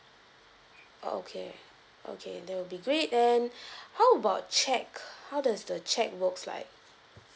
oh okay okay that will be great and how about cheque how does the cheque works like